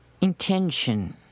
intention